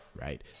right